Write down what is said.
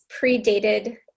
predated